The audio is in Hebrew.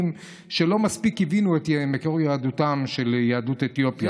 שלא מספיק הבינו את מקור יהדותם של יהדות אתיופיה.